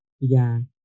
began